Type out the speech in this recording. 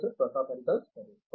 professor Pratap Haridas సరే